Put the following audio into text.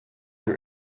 your